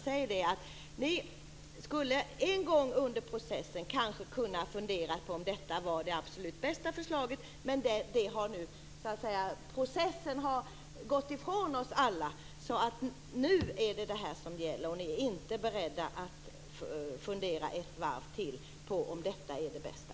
Säg i stället att ni en gång under processens gång kanske skulle ha kunnat fundera på om detta var det absolut bästa förslaget men att processen nu har gått ifrån oss alla. Nu är det det här som gäller, och ni är inte beredda att fundera ett varv till på om detta är det bästa.